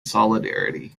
solidarity